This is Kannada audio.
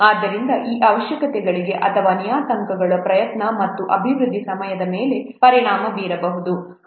ಆದ್ದರಿಂದ ಈ ಅವಶ್ಯಕತೆಗಳು ಅಥವಾ ಈ ನಿಯತಾಂಕಗಳು ಪ್ರಯತ್ನ ಮತ್ತು ಅಭಿವೃದ್ಧಿ ಸಮಯದ ಮೇಲೆ ಪರಿಣಾಮ ಬೀರಬಹುದು